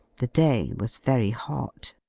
the day was very hot.